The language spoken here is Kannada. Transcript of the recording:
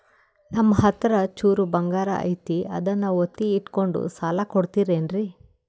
ನಮ್ಮಹತ್ರ ಚೂರು ಬಂಗಾರ ಐತಿ ಅದನ್ನ ಒತ್ತಿ ಇಟ್ಕೊಂಡು ಸಾಲ ಕೊಡ್ತಿರೇನ್ರಿ?